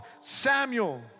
Samuel